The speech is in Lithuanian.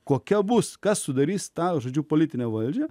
kokia bus kas sudarys tą žodžiu politinę valdžią